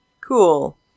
cool